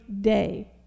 day